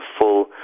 full